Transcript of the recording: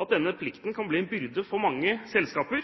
at denne plikten kan bli en byrde for mange selskaper,